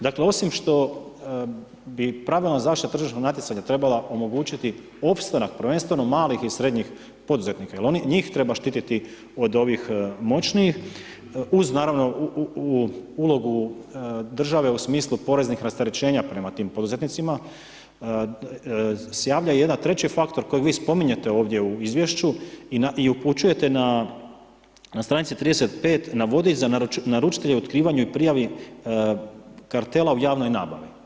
Dakle, osim što bi pravilna zaštita tržišnog natjecanja trebala omogućiti opstanak prvenstveno malih i srednjih poduzetnika, jer njih treba štiti od onih moćnijih uz naravno ulogu, države u smislu poreznih rasterećenja prema tim poduzetnicima, se javlja jedan treći faktor kojeg vi spominjete ovdje u izvješću i upućujete na str. 35. na vodič za naručitelje, otkrivanju i prijavi kartela u javnoj nabavi.